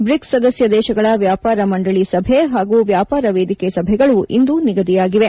BRICS ಸದಸ್ಯ ದೇಶಗಳ ವ್ಯಾಪಾರ ಮಂಡಳಿ ಸಭೆ ಹಾಗೂ ವ್ಯಾಪಾರ ವೇದಿಕೆ ಸಭೆಗಳು ಇಂದು ನಿಗದಿಯಾಗಿವೆ